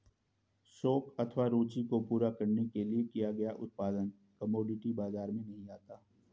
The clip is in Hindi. शौक अथवा रूचि को पूरा करने के लिए किया गया उत्पादन कमोडिटी बाजार में नहीं आता